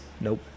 Nope